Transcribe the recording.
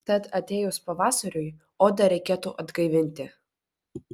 tad atėjus pavasariui odą reikėtų atgaivinti